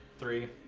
three